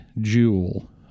jewel